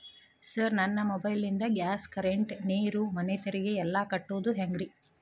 Sir ನನ್ನ mobile ನಿಂದ gas, current, ನೇರು, ಮನೆ ತೆರಿಗೆ ಎಲ್ಲಾ ಕಟ್ಟೋದು ಹೆಂಗ್ರಿ?